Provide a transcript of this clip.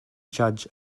judge